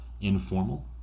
informal